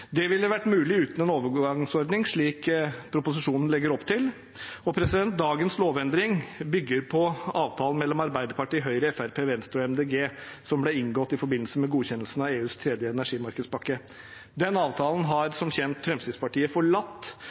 Det ville vært mulig uten en overgangsordning, slik proposisjonen legger opp til. Dagens lovendring bygger på avtalen mellom Arbeiderpartiet, Høyre, Fremskrittspartiet, Venstre og Miljøpartiet De Grønne, som ble inngått i forbindelse med godkjennelsen av EUs tredje energimarkedspakke. Den avtalen har som kjent Fremskrittspartiet forlatt,